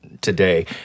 today